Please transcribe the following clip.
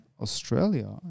Australia